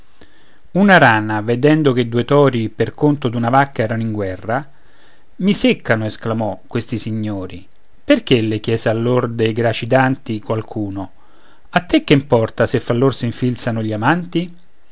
una rana vedendo che due tori per conto d'una vacca erano in guerra i seccano esclamò questi signori perché le chiese allor dei gracidanti qualcuno a te che importa se fra loro s'infilzano gli amanti